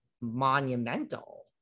monumental